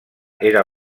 era